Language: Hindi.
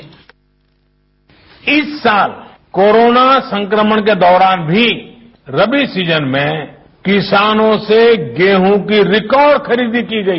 बाईट इस साल कोरोना संक्रमण के दौरान भी रवी सीजन में किसानों से गेहूं की रिकॉर्ड खरीदी की गई